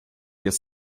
jest